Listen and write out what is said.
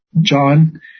John